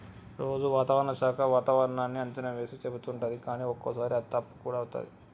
రోజు వాతావరణ శాఖ వాతావరణన్నీ అంచనా వేసి చెపుతుంటది కానీ ఒక్కోసారి అది తప్పు కూడా అవుతది